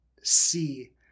see